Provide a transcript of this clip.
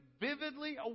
vividly